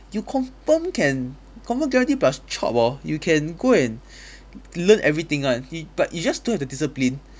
you confirm can confirm guarantee plus chop hor you can go and learn everything [one] you but you just don't have the discipline